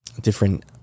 different